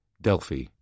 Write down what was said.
Delphi